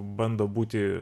bando būti